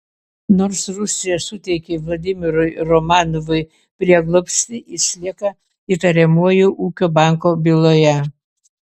nors rusija suteikė vladimirui romanovui prieglobstį jis lieka įtariamuoju ūkio banko byloje